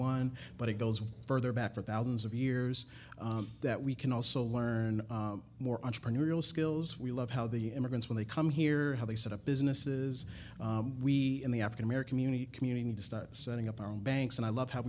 one but it goes further back for thousands of years that we can also learn more entrepreneurial skills we love how the immigrants when they come here how they set up businesses we in the african american unique community need to start setting up our own banks and i love how